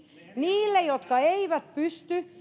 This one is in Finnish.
niille jotka eivät pysty